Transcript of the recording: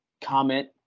comment